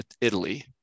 italy